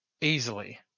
easily